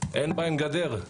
אין בהם גדר,